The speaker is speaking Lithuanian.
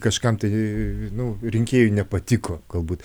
kažkam tai nu rinkėjui nepatiko galbūt